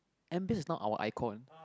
M_B_S is not our icon